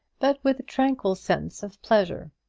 but with a tranquil sense of pleasure.